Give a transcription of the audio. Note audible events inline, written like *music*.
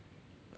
*noise*